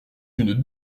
une